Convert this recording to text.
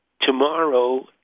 tomorrow